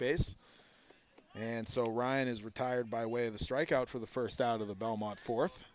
base and so ryan is retired by way of the strike out for the first out of the belmont fourth